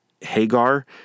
Hagar